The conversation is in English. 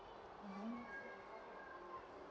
mmhmm